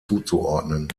zuzuordnen